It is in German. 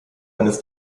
eines